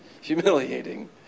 humiliating